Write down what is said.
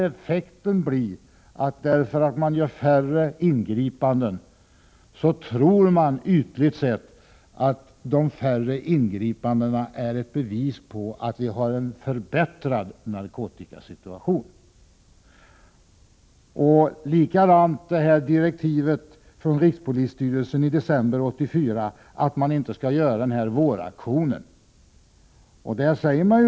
Effekten av att man gör färre ingripanden kan bli att man tror att vi fått en förbättring i narkotikasituationen. Enligt direktiv från rikspolisstyrelsen i december 1984 skall man inte genomföra den planerade våraktionen.